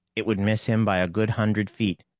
it would miss him by a good hundred feet,